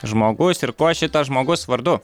žmogus ir kuo šitas žmogus vardu